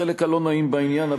החלק הלא-נעים בעניין,